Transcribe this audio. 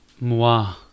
moi